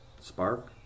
spark